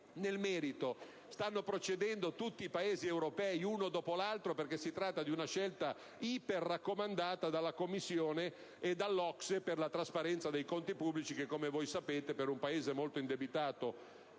parleremo), stanno procedendo tutti i Paesi europei, uno dopo l'altro, perché si tratta di una scelta iper-raccomandata dalla Commissione e dall'OCSE per la trasparenza dei conti pubblici, che - come sapete - per un Paese molto indebitato